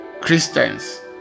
Christians